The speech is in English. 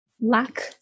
lack